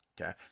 okay